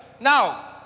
Now